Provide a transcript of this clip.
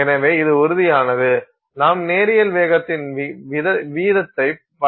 எனவே இது உறுதியானது நாம் நேரியல் வேகத்தின் வீதத்தைப் பற்றி சிந்திக்கலாம்